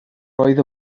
roedd